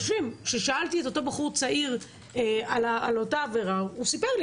שאלתי את אותו בחור צעיר על אותה עבירה והוא סיפר.